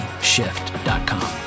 shift.com